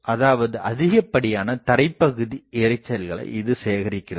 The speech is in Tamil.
அதாவது அதிகப்படியான தரைப்பகுதி இரைச்சல்களை இது சேகரிக்கிறது